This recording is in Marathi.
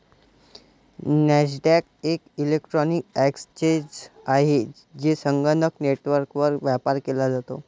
नॅसडॅक एक इलेक्ट्रॉनिक एक्सचेंज आहे, जेथे संगणक नेटवर्कवर व्यापार केला जातो